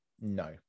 no